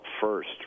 first